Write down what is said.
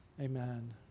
amen